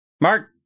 Mark